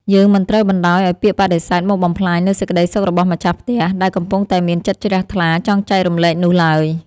យើងមិនត្រូវបណ្តោយឱ្យពាក្យបដិសេធមកបំផ្លាញនូវសេចក្តីសុខរបស់ម្ចាស់ផ្ទះ ដែលកំពុងតែមានចិត្តជ្រះថ្លាចង់ចែករំលែកនោះឡើយ។